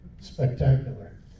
spectacular